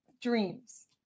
dreams